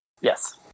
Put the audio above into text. Yes